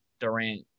Durant